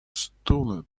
stoned